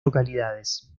localidades